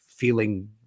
feeling